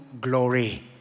glory